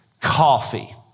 coffee